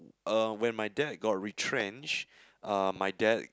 uh when my dad got retrenched uh my dad